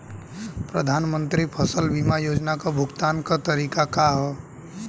प्रधानमंत्री फसल बीमा योजना क भुगतान क तरीकाका ह?